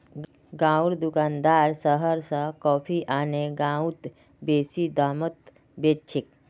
गांउर दुकानदार शहर स कॉफी आने गांउत बेसि दामत बेच छेक